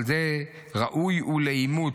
על זה ראוי הוא לאימוץ,